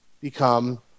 become